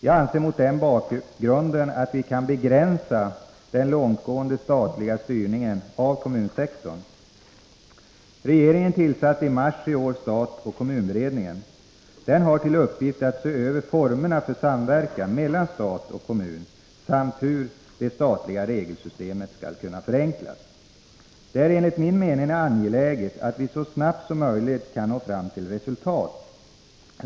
Jag anser mot den bakgrunden att vi kan begränsa den långtgående statliga styrningen av kommunsektorn. Regeringen tillsatte i mars i år stat-kommun-beredningen. Denna har till uppgift att se över formerna för samverkan mellan stat och kommun samt hur det statliga regelsystemet skall kunna förenklas. Det är enligt min mening angeläget att vi så snart som möjligt kan nå fram till resultat.